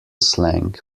slang